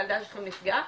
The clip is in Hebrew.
הילדה שלכם נפגעה